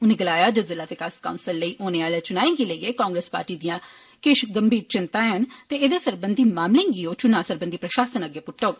उनें गलाया जे जिला विकास कौंसल लेई होने आले चुनाएं गी लेइयै कांग्रेस पार्टी दियां किश गंभीर चिंता हैन ते एहदे सरबंधी मामलें गी ओ चुनां सरबंधी प्रशासन अग्गे पुट्टोग